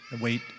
wait